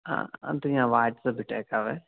ആ അത് ഞാൻ വാട്സപ്പിട്ടേക്കാം